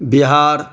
Bihar